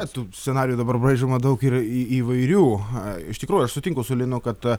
na tų scenarijų dabar braižoma daug ir įvairių iš tikrųjų aš sutinku su linu kad